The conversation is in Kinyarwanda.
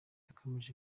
yakomeje